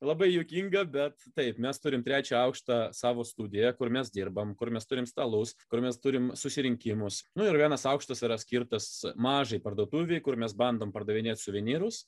labai juokinga bet taip mes turim trečią aukštą savo studiją kur mes dirbam kur mes turim stalus kur mes turim susirinkimus nu ir vienas aukštas yra skirtas mažai parduotuvei kur mes bandom pardavinėt suvenyrus